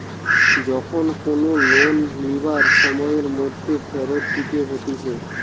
যখন কোনো লোন লিবার সময়ের মধ্যে ফেরত দিতে হতিছে